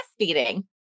breastfeeding